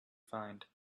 find